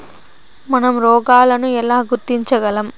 మనం రోగాలను ఎలా గుర్తించగలం?